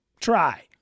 Try